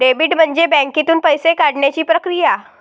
debit म्हणजे बँकेतून पैसे काढण्याची प्रक्रिया